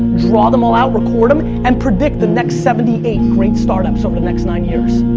draw them all out, record em, and predict the next seventy eight great start ups over the next nine years.